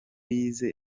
yize